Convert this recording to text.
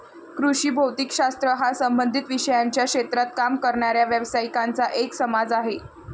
कृषी भौतिक शास्त्र हा संबंधित विषयांच्या क्षेत्रात काम करणाऱ्या व्यावसायिकांचा एक समाज आहे